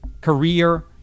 career